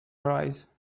arise